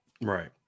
Right